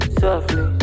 softly